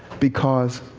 because